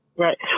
Right